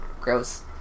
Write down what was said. gross